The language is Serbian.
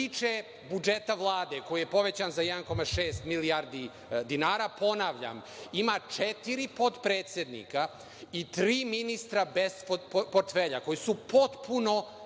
tiče budžeta Vlade, koji je povećan za 1,6 milijardi dinara, ponavljam, ima četiri potpredsednika i tri ministra bez portfelja koji su potpuno